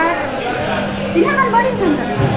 ᱟᱨ ᱛᱤᱱᱟᱹᱜ ᱜᱟᱱ ᱵᱟᱹᱲᱤᱡ ᱟᱠᱟᱱ ᱛᱟᱹᱵᱤᱱᱟ